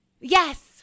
Yes